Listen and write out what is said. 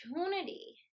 opportunity